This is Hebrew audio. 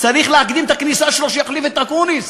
צריך להקדים את הכניסה שלו, שיחליף את אקוניס.